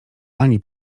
ani